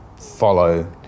follow